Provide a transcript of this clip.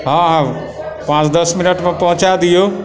हँ हँ पाँच दस मिनटमे पहुँचा दिऔ